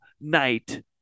night